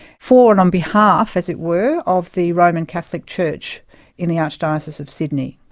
for and on behalf, as it were, of the roman catholic church in the archdiocese of sydney.